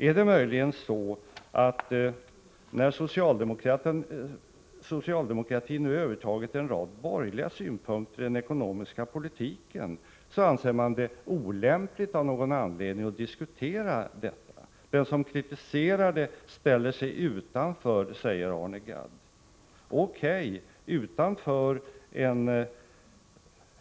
Är det möjligen så, att när socialdemokratin nu övertagit en rad borgerliga synpunkter i den ekonomiska politiken, anser man det av någon anledning olämpligt att diskutera detta? Den som kritiserar det ställer sig utanför, säger Arne Gadd. O. K., när det gäller